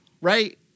right